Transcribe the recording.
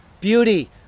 Beauty